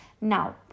Now